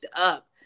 up